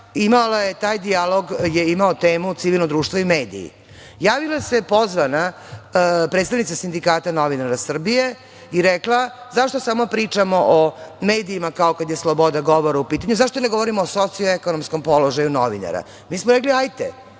društva, taj dijalog je imao temu civilno društvo i mediji. Javila se pozvana predstavnica Sindikata novinara Srbije i rekla – zašto samo pričamo o medijima kao kada je sloboda govora u pitanju, zašto ne govorimo o socio-ekonomskom položaju novinara? Mi smo rekli –